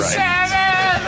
seven